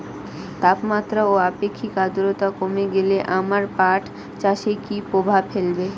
তাপমাত্রা ও আপেক্ষিক আদ্রর্তা কমে গেলে আমার পাট চাষে কী প্রভাব ফেলবে?